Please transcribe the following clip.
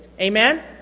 Amen